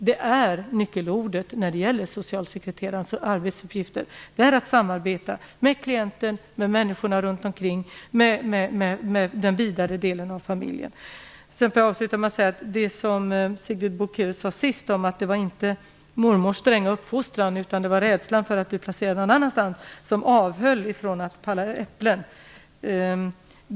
Det är nyckelordet när det gäller socialsekreterarens arbetsuppgifter: att samarbeta, med klienten, med människorna runt omkring med den vidare delen av familjen. Jag vill avsluta med att kommentera det som Sigrid Bolkéus sade sist om att det inte var mormors stränga uppfostran, utan rädslan för att bli placerad någon annanstans som avhöll från att palla äpplen.